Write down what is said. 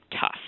tough